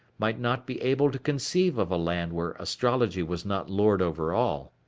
might not be able to conceive of a land where astrology was not lord over all.